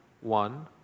One